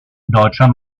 deutscher